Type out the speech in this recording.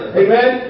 amen